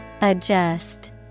Adjust